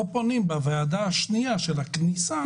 או פונים בוועדה השנייה בעניין הכניסה.